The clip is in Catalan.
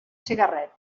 cigarret